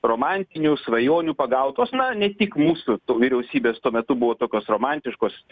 romantinių svajonių pagautos na ne tik mūsų vyriausybės tuo metu buvo tokios romantiškos